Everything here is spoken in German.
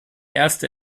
erste